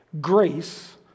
Grace